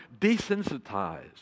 desensitized